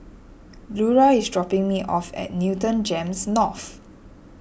Lura is dropping me off at Newton Gems North